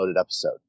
episode